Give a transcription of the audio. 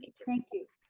thank you.